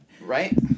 Right